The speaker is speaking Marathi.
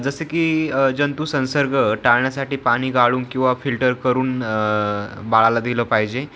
जसं की जंतू संसर्ग टाळण्यासाठी पाणी गाळून किंवा फिल्टर करून बाळाला दिलं पाहिजे